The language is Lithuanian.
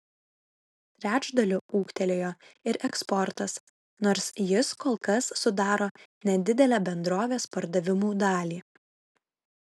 trečdaliu ūgtelėjo ir eksportas nors jis kol kas sudaro nedidelę bendrovės pardavimų dalį